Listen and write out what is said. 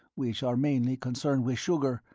which are mainly concerned with sugar,